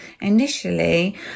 initially